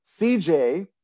CJ